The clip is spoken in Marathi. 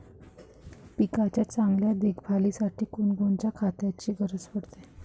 पिकाच्या चांगल्या देखभालीसाठी कोनकोनच्या खताची गरज पडते?